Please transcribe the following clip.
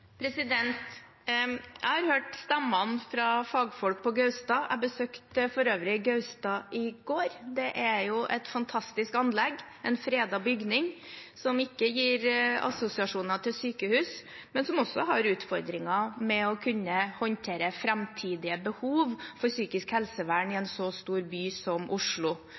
Jeg har hørt stemmene fra fagfolk på Gaustad. Jeg besøkte for øvrig Gaustad i går. Det er et fantastisk anlegg, en fredet bygning, som ikke gir assosiasjoner til sykehus, men som også har utfordringer med å kunne håndtere framtidige behov for psykisk helsevern i en så stor by som Oslo.